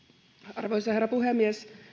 arvoisa herra puhemies